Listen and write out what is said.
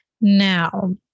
Now